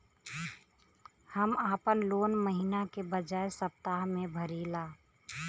हम आपन लोन महिना के बजाय सप्ताह में भरीला